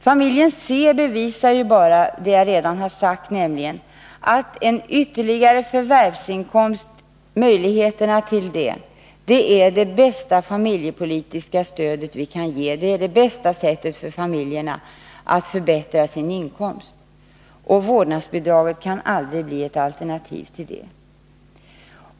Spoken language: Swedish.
Familjen C bevisar bara riktigheten av det som jag redan har sagt, nämligen att möjligheterna till en ytterligare förvärvsinkomst är det bästa familjepolitiska stöd vi kan ge. Det är det bästa sättet för familjerna att förbättra sin inkomst. Vårdnadsbidraget kan aldrig bli ett alternativ till det.